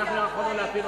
הצעת ועדת העבודה,